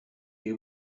you